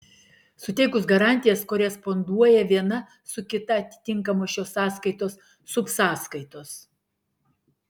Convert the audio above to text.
suteikus garantijas koresponduoja viena su kita atitinkamos šios sąskaitos subsąskaitos